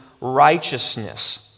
righteousness